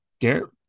Garrett